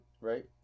Right